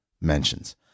mentions